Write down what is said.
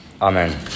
Amen